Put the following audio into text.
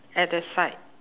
at the side